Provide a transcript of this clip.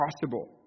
possible